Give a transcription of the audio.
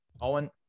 Owen